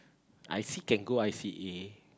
I still can go i_c_a